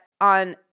on